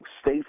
state